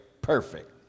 perfect